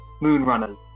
Moonrunners